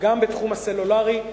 גם בתחום הסלולרי,